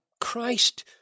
Christ